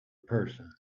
person